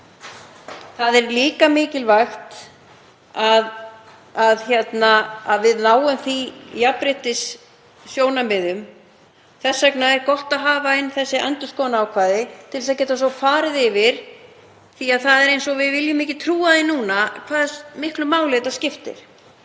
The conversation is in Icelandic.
Það er líka svo mikilvægt að við náum þeim jafnréttissjónarmiðum. Þess vegna er gott að hafa þessi endurskoðunarákvæði inni til að geta svo farið yfir þetta því að það er eins og við viljum ekki trúa því núna hversu miklu máli þetta skiptir.